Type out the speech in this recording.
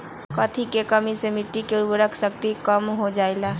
कथी के कमी से मिट्टी के उर्वरक शक्ति कम हो जावेलाई?